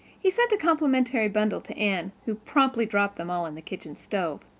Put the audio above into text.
he sent a complimentary bundle to anne, who promptly dropped them all in the kitchen stove.